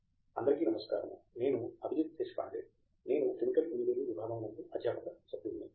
దేశ్పాండే అందరికీ నమస్కారము నేను అభిజిత్ దేశ్పాండే నేను కెమికల్ ఇంజనీరింగ్ విభాగము నందు అధ్యాపక సభ్యుడిని